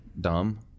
dumb